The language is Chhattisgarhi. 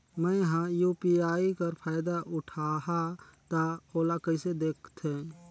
मैं ह यू.पी.आई कर फायदा उठाहा ता ओला कइसे दखथे?